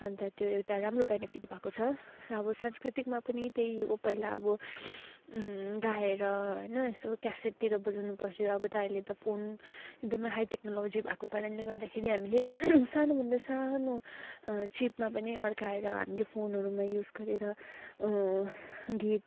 अन्त त्यो एउटा राम्रो वेनिफिट भएको छ र अब सांस्कृतिकमा पनि त्यही हो पहिला अब गाएर होइन यसो क्यासेटतिर बजाउनु पर्थ्यो अब त अहिले त फोन एकदमै हाई टेक्नोलजी भएको कारणले गर्दाखेरि हामीले सानोभन्दा सानो चिपमा पनि अड्काएर हामीले फोनहरूमा युज गरेर गीत